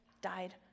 died